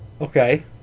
Okay